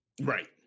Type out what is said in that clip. Right